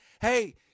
Hey